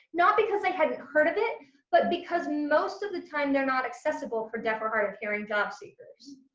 not because i hadn't heard of it but because most of the time they're not accessible for deaf or hard-of-hearing jobseekers.